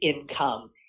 income